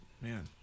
man